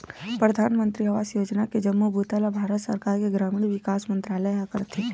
परधानमंतरी आवास योजना के जम्मो बूता ल भारत सरकार के ग्रामीण विकास मंतरालय ह करथे